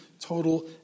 total